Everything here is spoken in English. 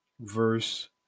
verse